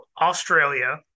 Australia